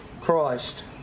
Christ